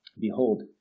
Behold